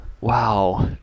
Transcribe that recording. Wow